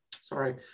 sorry